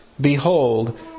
behold